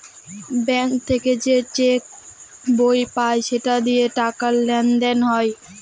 bank থেকে যে cheque বই পায় সেটা দিয়ে টাকা লেনদেন হয়